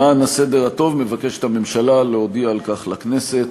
למען הסדר הטוב, הממשלה מבקשת להודיע על כך לכנסת,